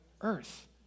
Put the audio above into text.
earth